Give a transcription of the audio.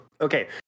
Okay